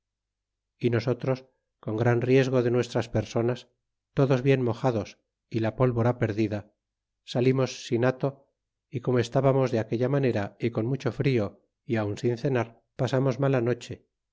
y nosotros con gran riesgo de nuestras personas todos bien mojados y la pólvora perdida salimos sin hato y corno estábamos de aquella manera y con mucho frio y aun sin cenar pasamos mala noche